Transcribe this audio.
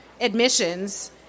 admissions